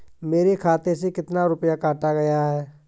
मेरे खाते से कितना रुपया काटा गया है?